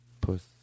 puss